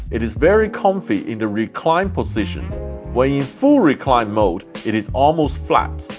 it is very comfy in the reclined position. when in full reclined mode, it is almost flat,